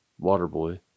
Waterboy